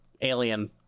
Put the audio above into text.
alien